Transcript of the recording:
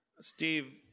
Steve